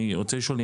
אני רוצה לשאול,